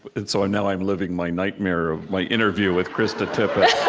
and so now i'm living my nightmare of my interview with krista tippett